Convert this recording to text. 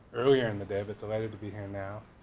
earlier in the day but delighted to be here now